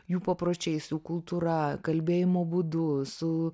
jų papročiais jų kultūra kalbėjimo būdu su